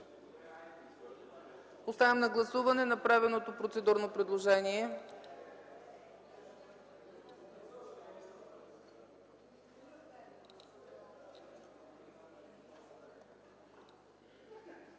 Подлагам на гласуване направеното процедурно предложение